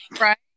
right